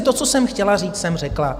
To, co jsem chtěla říct, jsem řekla.